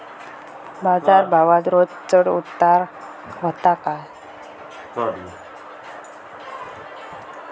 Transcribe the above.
बाजार भावात रोज चढउतार व्हता काय?